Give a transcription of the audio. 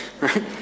right